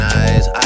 eyes